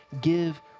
give